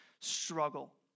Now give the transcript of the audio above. struggle